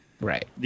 Right